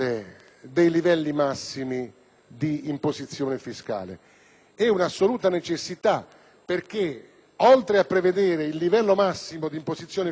un'assoluta necessità: oltre a prevedere il livello massimo d'imposizione fiscale, la Conferenza dovrebbe individuare la